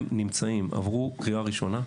גם הם עברו קריאה ראשונה,